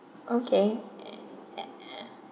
okay at at at